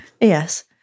Yes